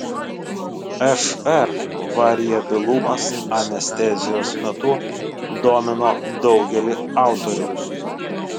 šr variabilumas anestezijos metu domino daugelį autorių